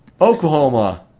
Oklahoma